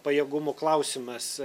pajėgumų klausimas